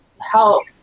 help